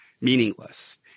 meaningless